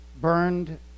burned